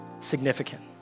significant